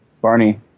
Barney